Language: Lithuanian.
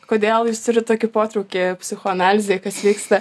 kodėl jūs turit tokį potraukį psichoanalizei kas vyksta